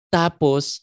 tapos